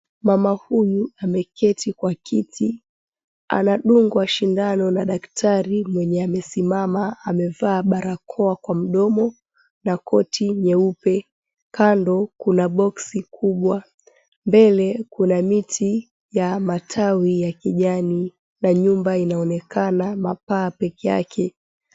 Mama huyu ameketi kwa kiti anadungwa s𝑖ndano na daktari mwenye amesimama amevaa barakoa kwa mdomo na koti nyeupe. Kando kuna boksi kubwa, mbele kuna miti ya matawi ya kijani na nyumba inaonekana mapaa peke𝑒 𝑦ake.